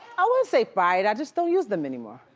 i wouldn't say fired, i just don't use them anymore.